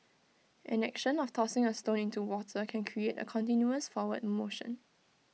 an action of tossing A stone into water can create A continuous forward motion